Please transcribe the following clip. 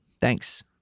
Thanks